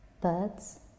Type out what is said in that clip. birds